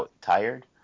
tired